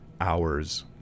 hours